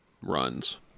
runs